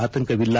ಆತಂಕವಿಲ್ಲ